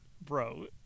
bro